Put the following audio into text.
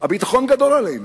אני חושב, הביטחון גדול עלינו.